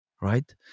right